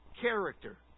character